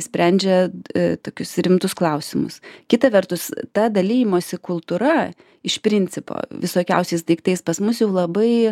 sprendžia tokius rimtus klausimus kita vertus ta dalijimosi kultūra iš principo visokiausiais daiktais pas mus jau labai